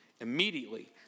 Immediately